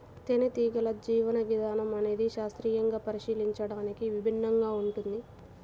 తేనెటీగల జీవన విధానం అనేది శాస్త్రీయంగా పరిశీలించడానికి విభిన్నంగా ఉంటుంది